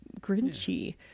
grinchy